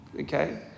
Okay